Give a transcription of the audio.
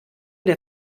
der